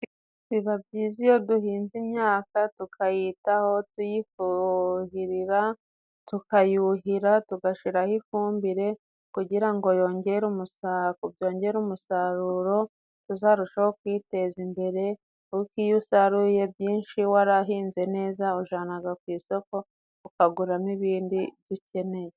Biba byiza iyo duhinze imyaka tukayitaho tuyifuuhirira. Tukayuhira, tugashiraho ifumbire kugira ngo yongere umusaa ko byongere umusaruro, tuzarusheho kwiteza imbere, kuko iyo usaruye byinshi warahinze neza ujanaga ku isoko ukaguramo ibindi ukeneye.